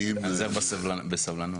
נתאזר בסבלנות.